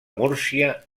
múrcia